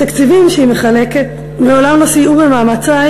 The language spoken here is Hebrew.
התקציבים שהיא מחלקת מעולם לא סייעו במאמצי